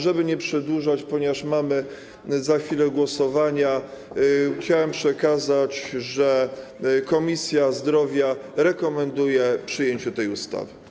Żeby nie przedłużać - ponieważ mamy za chwilę głosowania - chciałem przekazać, że Komisja Zdrowia rekomenduje przyjęcie tej ustawy.